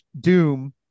Doom